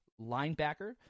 linebacker